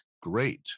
great